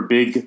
Big